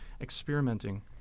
experimenting